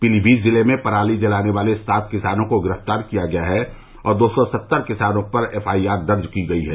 पीलीमीत जिले में पराली जलाने वाले सात किसानों को गिरफ्तार किया गया है और दो सौ सत्तर किसानों पर एफ आई आर दर्ज की गयी है